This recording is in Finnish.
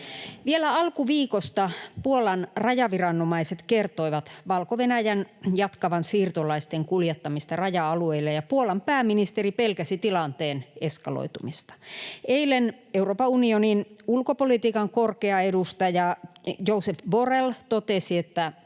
Vielä alkuviikosta Puolan rajaviranomaiset kertoivat Valko-Venäjän jatkavan siirtolaisten kuljettamista raja-alueille, ja Puolan pääministeri pelkäsi tilanteen eskaloitumista. Eilen Euroopan unionin ulkopolitiikan korkea edustaja Josep Borrell totesi, että